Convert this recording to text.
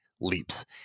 leaps